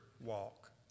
walk